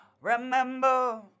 Remember